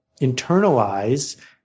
internalize